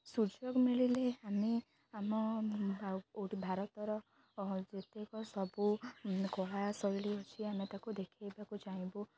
ସୁଯୋଗ ମିଳିଲେ ଆମେ ଆମ ଭାରତର ଯେତେକ ସବୁ କଳା ଶୈଳୀ ଅଛି ଆମେ ତାକୁ ଦେଖାଇବାକୁ ଚାହିଁବୁ